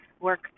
work